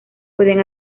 pueden